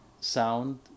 sound